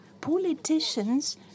Politicians